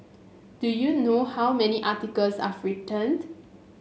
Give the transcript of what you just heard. do you know how many articles I've written